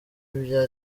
ibya